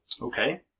Okay